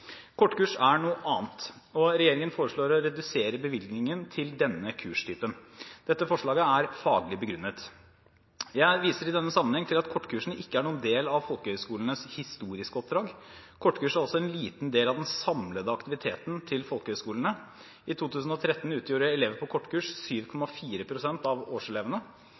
Kortkurs er noe annet, og regjeringen foreslår å redusere bevilgningen til denne kurstypen. Dette forslaget er faglig begrunnet. Jeg viser i denne sammenheng til at kortkursene ikke er noen del av folkehøyskolenes historiske oppdrag. Kortkurs er også en liten del av den samlede aktiviteten til folkehøyskolene – i 2013 utgjorde elever på kortkurs 7,4 pst. av årselevene.